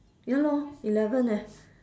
ya lor eleven eh